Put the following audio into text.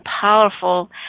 powerful